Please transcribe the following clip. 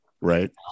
Right